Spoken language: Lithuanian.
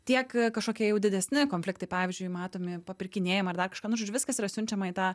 tiek kažkokie jau didesni konfliktai pavyzdžiui matomi papirkinėjamai ar dar kažką nu žodžiu viskas yra siunčiama į tą